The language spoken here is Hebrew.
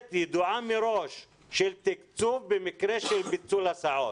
ידועה מראש של תקצוב של ביטול הסעות.